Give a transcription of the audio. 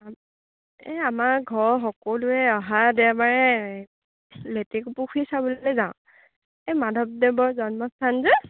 এ আমাৰ ঘৰৰ সকলোৱে অহা দেওবাৰে লেটেকু পুখুৰী চাবলৈ যাওঁ এ মাধৱদেৱৰ জন্মস্থান যে